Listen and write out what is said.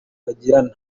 bagirana